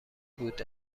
بود